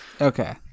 Okay